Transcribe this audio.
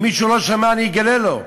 אם מישהו לא שמע, אני אגלה לו: